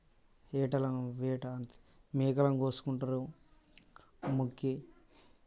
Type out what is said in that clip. వేటలను వేట మేకలను కోసుకుంటారు మొక్కి